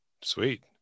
Sweet